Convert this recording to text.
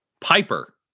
Piper